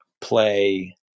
play